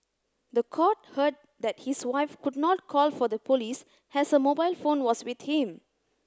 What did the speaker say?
the court heard that his wife could not call for the police as her mobile phone was with him